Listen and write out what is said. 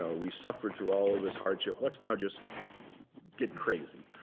so we suffered through all of this hardship. let's now just get crazy,